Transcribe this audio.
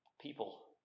people